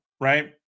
Right